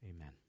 Amen